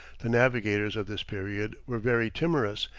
the navigators of this period were very timorous,